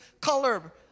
color